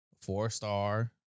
Four-star